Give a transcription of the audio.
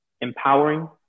Empowering